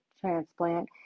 transplant